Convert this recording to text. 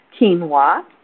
quinoa